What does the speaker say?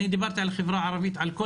שאני דיברתי על החברה הערבית על כל